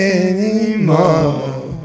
anymore